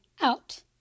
out